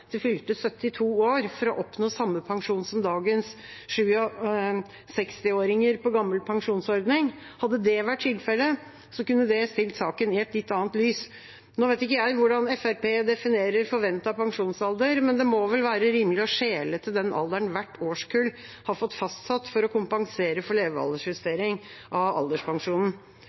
til fylte 72 år for å oppnå samme pensjon som dagens 67-åringer på gammel pensjonsordning. Hadde det vært tilfellet, kunne det stilt saken i et litt annet lys. Jeg vet ikke hvordan Fremskrittspartiet definerer forventet pensjonsalder, men det må vel være rimelig å skjele til den alderen hvert årskull har fått fastsatt for å kompensere for levealdersjustering av alderspensjonen.